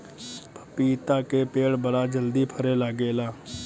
पपीता के पेड़ बड़ा जल्दी फरे लागेला